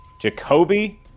Jacoby